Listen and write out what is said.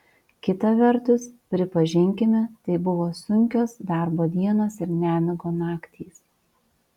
kita vertus pripažinkime tai buvo sunkios darbo dienos ir nemigo naktys